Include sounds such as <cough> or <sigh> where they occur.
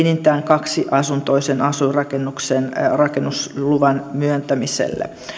<unintelligible> enintään kaksiasuntoisen asuinrakennuksen rakennusluvan myöntämiselle